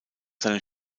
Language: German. seines